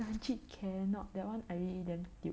legit cannot that one I already damn